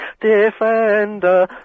defender